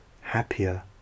happier